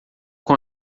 com